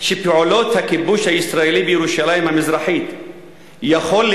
שפעולות הכיבוש הישראלי בירושלים המזרחית יכולות